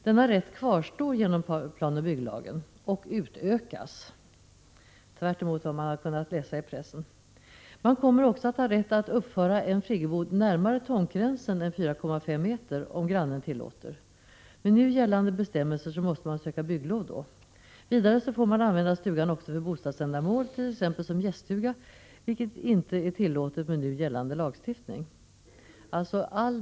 Denna rätt kvarstår genom PBL och utökas nu, tvärtemot vad man har kunnat läsa i pressen. Man kommer också att ha rätt att uppföra en friggebod närmare tomtgränsen än 4,5 m, om grannen tillåter. Med nu gällande bestämmelser måste man söka bygglov för det. Vidare får man använda stugan också för bostadsändamål, t.ex. som gäststuga, vilket inte är tillåtet med nu gällande lagstiftning.